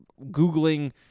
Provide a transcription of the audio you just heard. googling